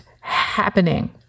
happening